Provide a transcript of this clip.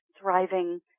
thriving